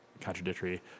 contradictory